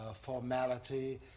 formality